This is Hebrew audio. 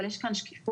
אבל יש כאן שקיפות,